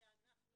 שאנחנו